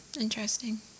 Interesting